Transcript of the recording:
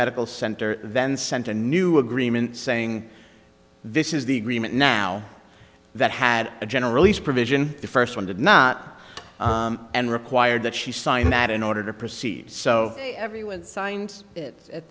medical center then sent a new agreement saying this is the agreement now that had a general release provision the first one did not and required that she sign that in order to proceed so everyone sign